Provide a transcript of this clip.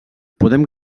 podem